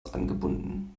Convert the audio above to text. angebunden